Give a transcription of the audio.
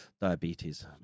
diabetes